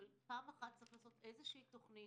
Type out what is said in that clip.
אבל פעם אחת צריך לעשות איזושהי תוכנית.